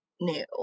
new